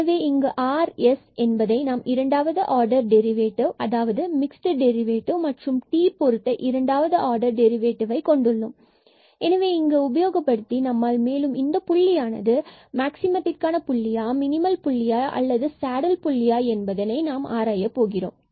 எனவே இங்கு r and s என்பதற்கு நாம் இரண்டாவது ஆர்டர் டெரிவேட்டிவ் அதாவது மிக்ஸ்ட் டெரிவேட்டிவ் மற்றும் t பொருத்த இரண்டாவது ஆர்டர் டெரிவேட்டிவ் ஐ கொண்டுள்ளோம் எனவே இங்கு உபயோகப்படுத்தி நாம் மேலும் இந்த புள்ளியானது மேக்ஸிமத்திற்கான புள்ளியா அல்லது மினிமல் புள்ளியா அல்லது சேடல் புள்ளியா என ஆராயப் போகிறோம்